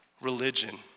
Religion